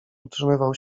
utrzymywał